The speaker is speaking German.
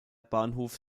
bahnhof